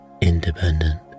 independent